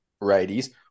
righties